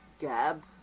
Gab